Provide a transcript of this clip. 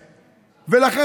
כנראה,